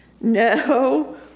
No